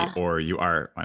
or you are